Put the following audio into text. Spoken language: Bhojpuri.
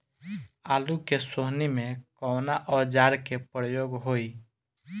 आलू के सोहनी में कवना औजार के प्रयोग होई?